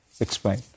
Explain